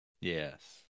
yes